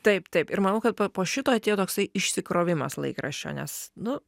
taip taip ir manau kad po po šito atėjo toksai išsikrovimas laikraščio nes nu